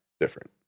different